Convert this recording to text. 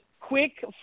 quick